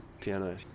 piano